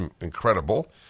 incredible